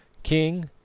King